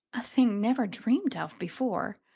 a thing never dreamed of before,